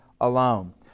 alone